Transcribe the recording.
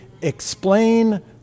explain